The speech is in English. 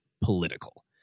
political